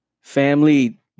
Family